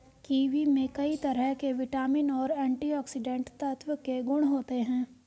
kiwi में कई तरह के विटामिन और एंटीऑक्सीडेंट तत्व के गुण होते है